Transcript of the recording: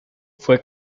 fue